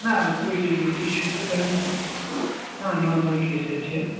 ના કોઈ ઇસ્યુ તો થયેલો નથી ના નોર્મલ કેસ જ છે